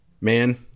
man